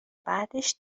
بعدش